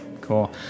Cool